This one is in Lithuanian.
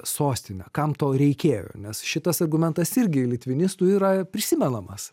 sostine kam to reikėjo nes šitas argumentas irgi litvinistų yra prisimenamas